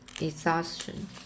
exhaustion